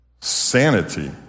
Sanity